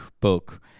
book